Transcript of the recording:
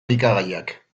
elikagaiak